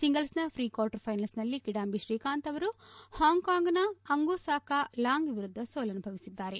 ಸಿಂಗಲ್ಸ್ನ pre quarter ಫೈನಲ್ಸ್ನಲ್ಲಿ ಕಿಡಂಬಿ ಶ್ರೀಕಾಂತ್ ಅವರು ಹಾಂಕಾಂಗ್ನ ಅಂಗುಸ್ ಕಾ ಲಾಂಗ್ ವಿರುದ್ಧ ಸೋಲನುಭವಿಸಿದ್ದಾರೆ